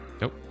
nope